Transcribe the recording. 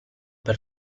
per